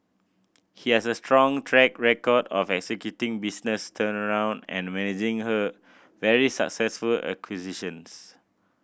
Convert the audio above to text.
he has a strong track record of executing business turnaround and managing her very successful acquisitions